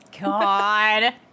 God